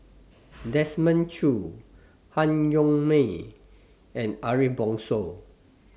Desmond Choo Han Yong May and Ariff Bongso